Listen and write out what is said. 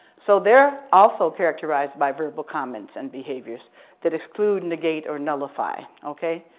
so there also characterized by verbal comments and behaviors that exclude, negate, or nullify, okay?